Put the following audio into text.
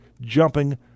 jumping